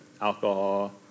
alcohol